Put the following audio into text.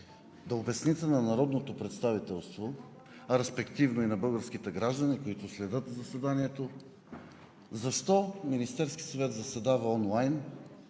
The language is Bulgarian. да обясните на народното представителство, респективно и на българските граждани, които следят заседанието, защо Министерският съвет заседава онлайн,